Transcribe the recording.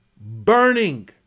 burning